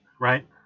Right